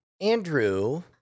Andrew